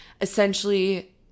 Essentially